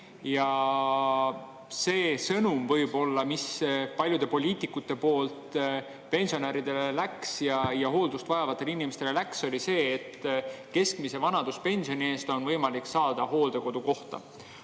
See sõnum, mis paljude poliitikute poolt pensionäridele ja hooldust vajavatele inimestele läks, oli see, et keskmise vanaduspensioni eest on võimalik saada hooldekodukoht.